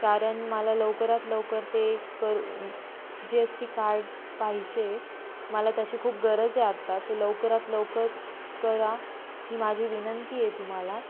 कारण मला लवकरात लवकर ते करू जी एस टी कार्ड पाहिजे मला त्याची खूप गरज आहे आत्ता तर लवकरात लवकर करा ही माझी विनंती आहे तुम्हाला